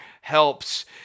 helps